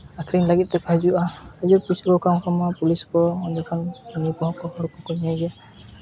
ᱟᱹᱠᱷᱨᱤᱧ ᱞᱟᱹᱜᱤᱫ ᱛᱮᱠᱚ ᱦᱤᱡᱩᱜᱼᱟ ᱟᱹᱰᱤ ᱯᱩᱭᱥᱟᱹ ᱠᱚ ᱠᱟᱢ ᱠᱟᱢᱟᱣ ᱯᱩᱞᱤᱥ ᱠᱚ ᱚᱸᱰᱮ ᱠᱷᱚᱱ ᱩᱱ ᱡᱚᱠᱷᱚᱱ ᱦᱚᱸ ᱠᱚ ᱤᱭᱟᱹᱭᱟ